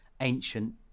ancient